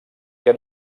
que